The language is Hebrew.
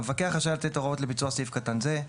המפקח רשאי לתת הוראות לביצוע סעיף קטן זה,